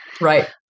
Right